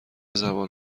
زبان